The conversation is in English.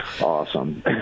awesome